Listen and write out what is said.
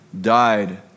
died